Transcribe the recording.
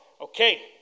Okay